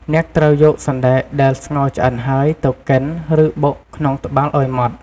អ្នកត្រូវយកសណ្ដែកដែលស្ងោរឆ្អិនហើយ ទៅកិន ឬបុកក្នុងត្បាល់ឲ្យម៉ដ្ឋ ។